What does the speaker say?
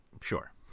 Sure